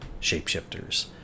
shapeshifters